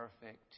perfect